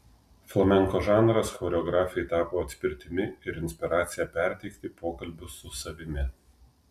flamenko žanras choreografei tapo atspirtimi ir inspiracija perteikti pokalbius su savimi